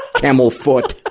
camel foot!